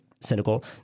cynical –